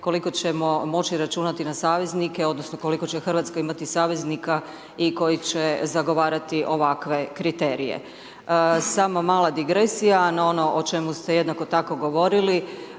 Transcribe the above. koliko ćemo moći računati na saveznike odnosno koliko će Hrvatska imati saveznika i koji će zagovarati ovakve kriterije. Sama mala digresija na ono o čemu ste jednako tako govorili,